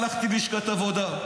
הלכתי ללשכת העבודה,